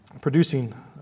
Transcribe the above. producing